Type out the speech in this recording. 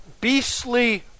Beastly